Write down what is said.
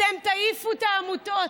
אתם תעיפו את העמותות,